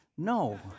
No